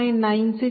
369